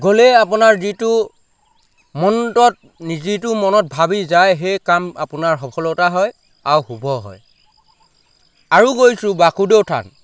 গ'লেই আপোনাৰ যিটো মনটোত যিটো মনত ভাবি যায় সেই কাম আপোনাৰ সফলতা হয় আও শুভ হয় আৰু গৈছোঁ বাসুদেৱ থান